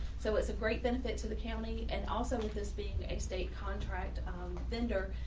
so it's a great benefit to the county and also with this being a state contract vendor.